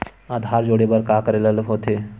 आधार जोड़े बर का करे ला होथे?